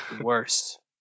worse